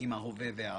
עם ההווה והעתיד.